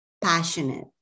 passionate